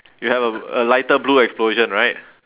you have a a lighter blue explosion right